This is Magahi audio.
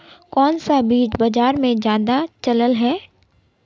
कोन सा बीज बाजार में ज्यादा चलल है?